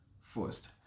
First